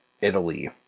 Italy